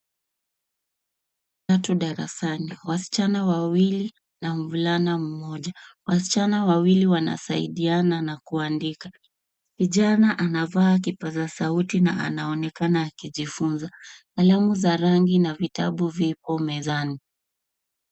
Watu darasani, wasichana wawili na mvulana mmoja. Wasichana wawili wanasaidiana na kuandika. Kijana anavaa kipaza sauti na anaonekana akijifunza. Kalamu za rangi na vitabu vipo mezani.